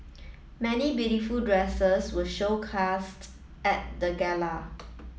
many beautiful dresses were showcased at the gala